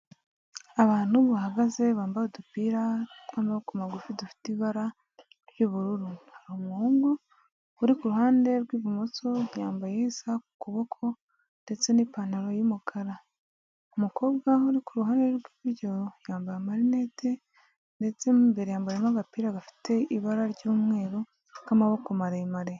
Abantu bahagaze bambaye udupira tw'amaboko magufi dufite ibara ry'ubururu, hari umuhungu uri ku ruhande rw'ibumoso, yambaye isaha ku kuboko ndetse n'ipantaro y'umukara, umukobwa uri ku ruhande rw'iburyo yambaye amarinete ndetse mo imbere yambayemo agapira, gafite ibara ry'umweru k'amaboko maremare.